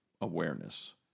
awareness